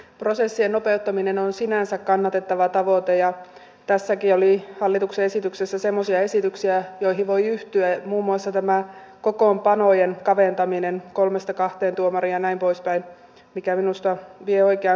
prosessien nopeuttaminen on sinänsä kannatettava tavoite ja tässäkin hallituksen esityksessä oli semmoisia esityksiä joihin voi yhtyä muun muassa tämä kokoonpanojen kaventaminen kolmesta kahteen tuomaria ja näin poispäin mikä minusta vie oikeaan suuntaan